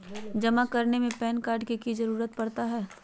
जमा करने में पैन कार्ड की जरूरत पड़ता है?